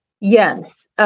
Yes